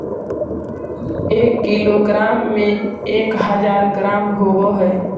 एक किलोग्राम में एक हज़ार ग्राम होव हई